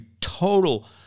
total